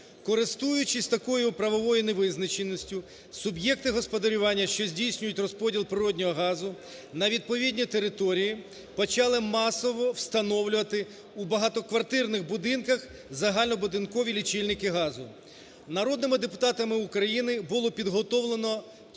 Користуючись такою правовою невизначеністю, суб'єкти господарювання, що здійснюють розподіл природного газу на відповідні території, почали масово встановлювати у багатоквартирних будинках загальнобудинкові лічильники газу. Народними депутатами України було підготовлено 4